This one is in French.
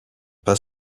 pas